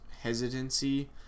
hesitancy